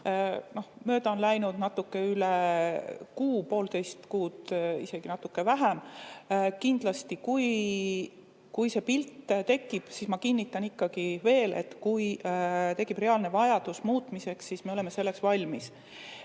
Mööda on läinud natuke üle kuu, poolteist kuud, isegi natuke vähem. Kindlasti, kui selline pilt tekib, siis ma kinnitan veel, et kui tekib reaalne vajadus muutmiseks, siis me oleme selleks valmis.